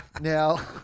Now